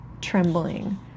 trembling